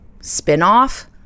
spin-off